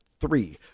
three